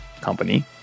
company